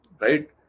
right